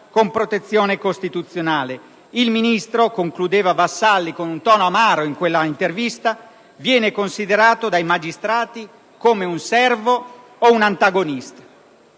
con protezione costituzionale. Il Ministro» - concludeva Vassalli con un tono amaro in quella intervista - «viene considerato dai magistrati come un servo o un antagonista».